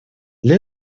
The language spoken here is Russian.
для